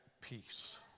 peace